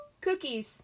Cookies